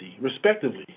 respectively